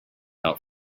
out